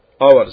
hours